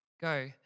Go